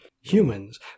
humans